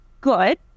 good